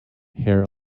hair